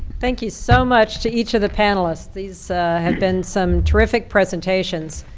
thank you so much to each of the panelists. these have been some terrific presentations.